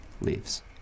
Leaves